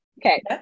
okay